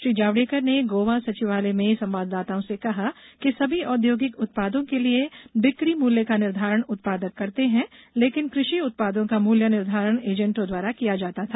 श्री जावड़ेकर ने गोवा सचिवालय में संवाददाताओं से कहा कि समी औद्योगिक उत्पादों के लिए बिक्री मूल्य का निर्धारण उत्पादक करते हैं लेकिन कृषि उत्पादों का मूल्य निर्धारण एजेंटों द्वारा किया जाता था